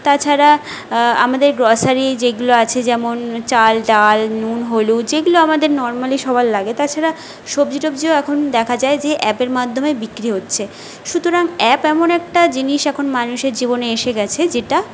তাছাড়া আমাদের গ্রসারি যেগুলো আছে যেমন চাল ডাল নুন হলুদ যেগুলো আমাদের নরম্যালি সবার লাগে তাছাড়া সবজি টবজিও এখন দেখা যায় যে অ্যাপের মাধ্যমে বিক্রি হচ্ছে সুতরাং অ্যাপ এমন একটা জিনিস এখন মানুষের জীবনে এসে গিয়েছে যেটা